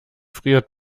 friert